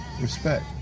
respect